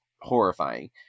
horrifying